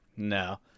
No